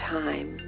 time